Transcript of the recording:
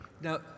Now